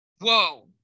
Whoa